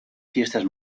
fiestas